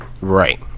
Right